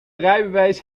rijbewijs